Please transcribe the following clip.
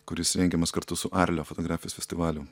kuris rengiamas kartu su arlio fotografijos festivaliu